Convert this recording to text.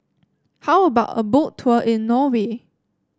how about a Boat Tour in Norway